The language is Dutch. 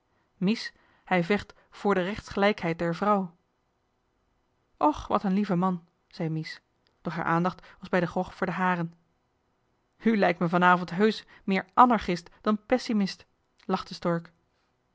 mies hij vecht voor de rechtsgelijkheid der vrouw johan de meester de zonde in het deftige dorp och wat een lieve man zei mies doch haar aandacht was bij den grog voor den haren u lijkt me vanavond heusch meer anarchist dan pessimist lachte stork